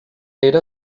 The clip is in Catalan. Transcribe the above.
era